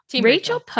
Rachel